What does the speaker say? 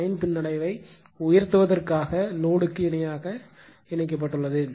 9 பின்னடைவை உயர்த்துவதற்காக லோடுக்கு இணையாக இணைக்கப்பட்டுள்ளது